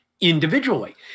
individually